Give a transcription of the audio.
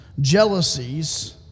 jealousies